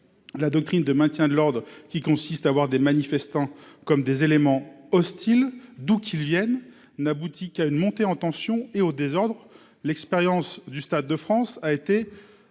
La doctrine de maintien de l'ordre, qui consiste à considérer les manifestants comme des éléments hostiles, d'où qu'ils viennent, n'aboutit qu'à une montée en tension et au désordre. L'expérience du Stade de France a été